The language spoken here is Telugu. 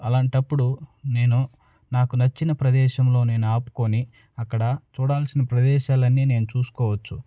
అలాంటప్పుడు నేను నాకు నచ్చిన ప్రదేశంలో నేను ఆపుకుని అక్కడ చూడాల్సిన ప్రదేశాలన్నీ నేను చూసుకోవచ్చు